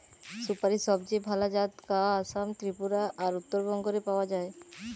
সুপারীর সবচেয়ে ভালা জাত গা আসাম, ত্রিপুরা আর উত্তরবঙ্গ রে পাওয়া যায়